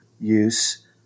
use